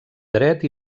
dret